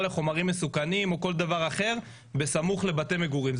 לחומרים מסוכנים או כל דבר אחר בסמוך לבתי מגורים.